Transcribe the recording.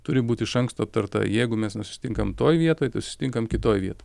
turi būti iš anksto aptarta jeigu mes nesusitinkam toj vietoj tai susitinkam kitoj vietoj